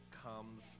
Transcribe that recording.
comes